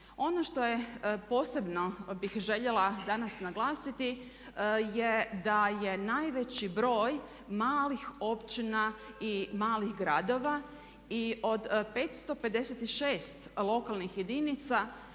Ono što je posebno, i to bi željela danas naglasiti, je da je najveći broj malih općina i malih gradova i od 556 lokalnih jedinica